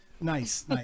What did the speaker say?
nice